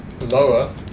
lower